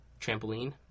trampoline